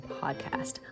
Podcast